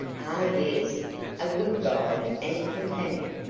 ah, yes a good guide and companion.